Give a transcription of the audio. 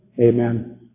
Amen